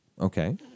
Okay